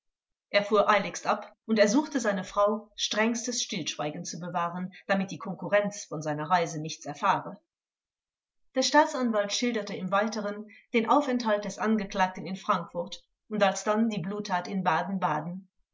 er fuhr eiligst ab und ersuchte seine frau strengstes stillschweigen zu bewahren damit die konkurrenz von seiner reise nichts erfahre der staatsanwalt schilderte im weiteren den aufenthalt des angeklagten in frankfurt und alsdann die bluttat in baden-baden